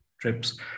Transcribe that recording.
trips